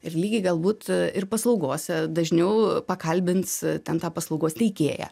ir lygiai galbūt ir paslaugose dažniau pakalbins ten tą paslaugos teikėją